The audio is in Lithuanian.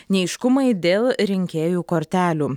neaiškumai dėl rinkėjų kortelių